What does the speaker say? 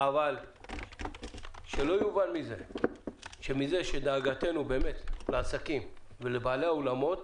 אבל שלא יובן מכך שאין דאגתנו לעסקים ולבעלי האולמות